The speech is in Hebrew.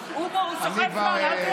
הוא סוחב זמן,